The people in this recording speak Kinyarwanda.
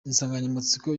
insanganyamatsiko